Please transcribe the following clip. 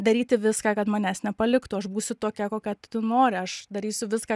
daryti viską kad manęs nepaliktų aš būsiu tokia kokia tu nori aš darysiu viską